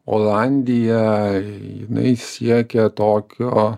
olandija jinai siekė tokio